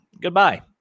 goodbye